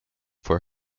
for